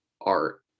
art